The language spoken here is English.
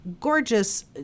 gorgeous